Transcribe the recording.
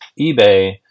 eBay